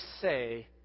say